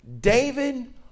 David